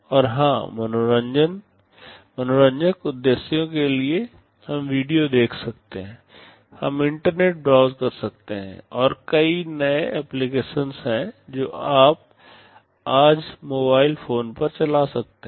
और हां मनोरंजक उद्देश्यों के लिए हम वीडियो देख सकते हैं हम इंटरनेट ब्राउज़ कर सकते हैं और कई नए एप्लिकेशन हैं जो आप आज मोबाइल फोन पर चला सकते हैं